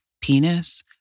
penis